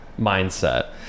mindset